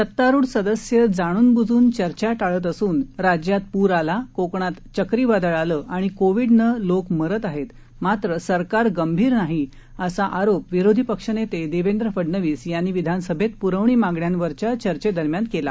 सत्तारूढ सदस्य जाणूनबुजून चर्चा टाळत असून राज्यात पूर आला कोकणात चक्रीवादळ आलं आणि कोविडनं लोक मरत आहेत मात्र सरकार गंभीर नाही असा आरोप विरोधी पक्षनेते देवेंद्र फडणवीस यांनी विधानसभेत पुरवणी मागण्यावरील चर्चेदरम्यान केला